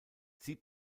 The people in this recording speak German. sie